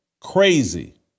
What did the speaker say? crazy